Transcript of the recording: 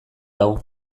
hau